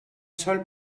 sol